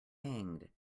hanged